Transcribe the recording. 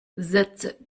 setze